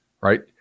right